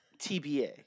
tba